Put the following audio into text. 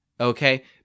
Okay